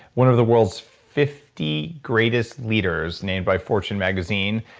one of the world's fifty greatest leaders named by fortune magazine,